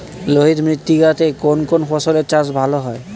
লোহিত মৃত্তিকা তে কোন কোন ফসলের চাষ ভালো হয়?